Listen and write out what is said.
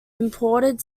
imported